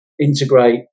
integrate